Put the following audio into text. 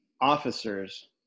officers